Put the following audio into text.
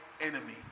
enemy